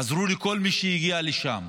עזרו לכל מי שהגיע לשם,